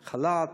חל"ת?